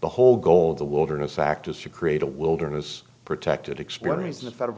the whole goal of the wilderness act is to create a wilderness protected experience the federal